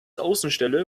außenstelle